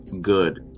Good